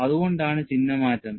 അതുകൊണ്ടാണ് ചിഹ്ന മാറ്റം